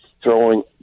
throwing